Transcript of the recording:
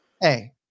hey